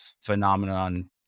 phenomenon